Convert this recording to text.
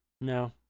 no